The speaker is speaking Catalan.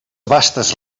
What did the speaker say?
vastes